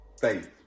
faith